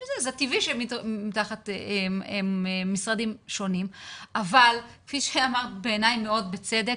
שזה טבעי שהם תחת משרדים שונים אבל כפי שאמרת בעיניי מאוד בצדק,